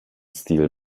stil